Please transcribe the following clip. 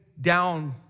down